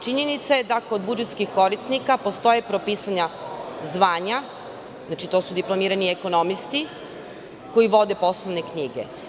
Činjenica je da kod budžetskih korisnika postoje propisana zvanja, znači, to su diplomirani ekonomisti koji vode poslovne knjige.